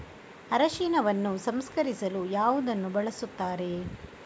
ಅರಿಶಿನವನ್ನು ಸಂಸ್ಕರಿಸಲು ಯಾವುದನ್ನು ಬಳಸುತ್ತಾರೆ?